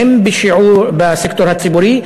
הן בסקטור הציבורי,